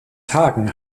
tagen